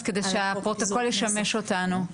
אז כדי שהפרוטוקול ישמש אותנו,